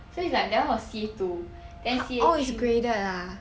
so that [one] was C_A two then C_A three